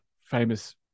famous